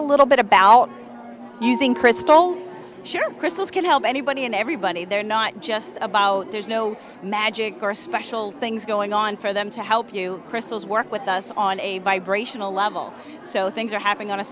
a little bit about how using crystals crystals can help anybody and everybody there not just about there's no magic or special things going on for them to help you crystals work with us on a vibration a level so things are happening on a